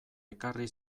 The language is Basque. ekarri